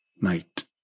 Night